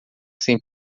sem